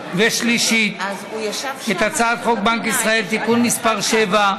ושלישית את הצעת חוק בנק ישראל (תיקון מס' 7),